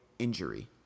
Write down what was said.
injury